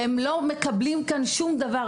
והם לא מקבלים כאן שום דבר,